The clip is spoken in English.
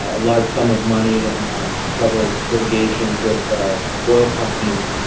ah large sum of money in ah several litigations with oil companies